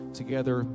together